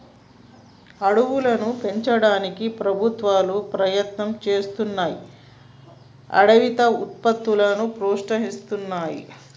అడవులను పెంచడానికి ప్రభుత్వాలు ప్రయత్నం చేస్తున్నాయ్ అడవి ఉత్పత్తులను ప్రోత్సహిస్తున్నాయి